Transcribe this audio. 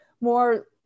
more